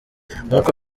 nk’uko